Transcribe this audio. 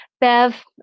Bev